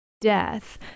death